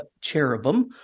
cherubim